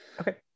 Okay